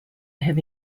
have